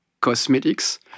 cosmetics